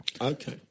Okay